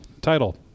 title